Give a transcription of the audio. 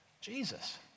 Jesus